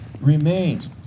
remains